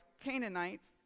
Canaanites